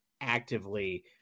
actively